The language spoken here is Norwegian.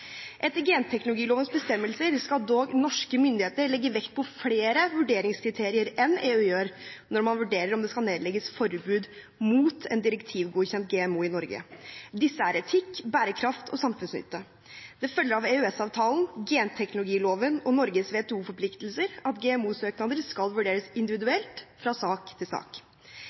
Etter genteknologilovens bestemmelser skal dog norske myndigheter legge vekt på flere vurderingskriterier enn EU gjør når man vurderer om det skal nedlegges forbud mot en direktivgodkjent GMO i Norge. Disse er etikk, bærekraft og samfunnsnytte. Det følger av EØS-avtalen, genteknologiloven og Norges WTO-forpliktelser at GMO-søknader skal vurderes